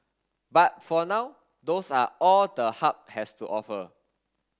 but for now those are all the hub has to offer